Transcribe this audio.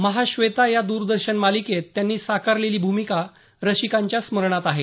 महाश्वेता या द्रदर्शन मालिकेत त्यांनी साकारलेली भूमिका रसिकांच्या स्मरणात आहे